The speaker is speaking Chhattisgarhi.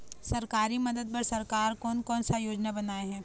सरकारी मदद बर सरकार कोन कौन सा योजना बनाए हे?